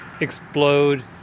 explode